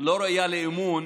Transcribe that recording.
לא ראויה לאמון